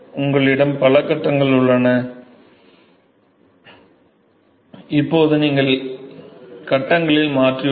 உங்களிடம் பல கட்டங்கள் உள்ளன இப்போது நீங்கள் கட்டங்களில் மாறியுள்ளீர்கள்